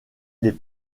les